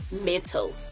metal